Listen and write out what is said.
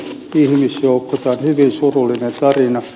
tämä on hyvin surullinen tarina